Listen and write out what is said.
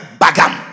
Bagam